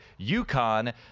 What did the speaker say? UConn